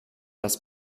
das